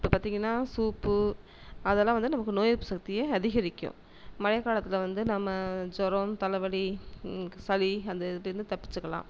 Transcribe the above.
இப்போ பாத்தீங்கன்னா சூப்பு அதெல்லாம் வந்து நமக்கு நோய் எதிர்ப்பு சக்தியை அதிகரிக்கும் மழைக் காலத்தில் வந்து நம்ம ஜுரம் தலைவலி சளி அந்த இதுலேந்து தப்பிச்சுக்கலாம்